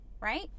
right